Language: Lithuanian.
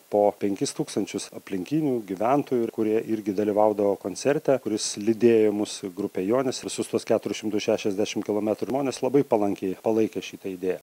po penkis tūkstančius aplinkinių gyventojų ir kurie irgi dalyvaudavo koncerte kuris lydėjo mus grupė jonis ir visus tuos keturis šimtus šešiasdešim kilometrų žmonės labai palankiai palaikė šitą idėją